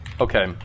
okay